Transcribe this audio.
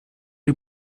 die